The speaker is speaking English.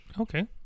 Okay